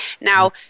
Now